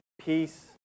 peace